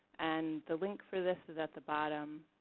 and the link for this is at the bottom.